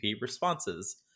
responses